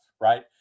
right